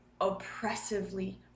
oppressively